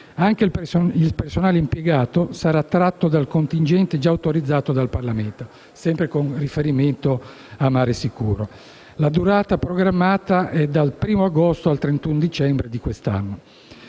Anche il personale impiegato sarà tratto dal contingente già autorizzato dal Parlamento (sempre con riferimento a Mare sicuro). La durata programmata è prevista dal 1° agosto al 31 dicembre dell'anno